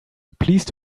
please